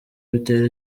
bitera